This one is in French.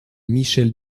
michèle